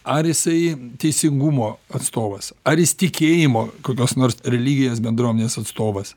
ar jisai teisingumo atstovas ar jis tikėjimo kokios nors religinės bendruomenės atstovas